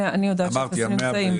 אני יודעת שהטפסים נמצאים.